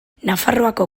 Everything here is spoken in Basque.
nafarroako